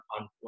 on